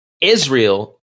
Israel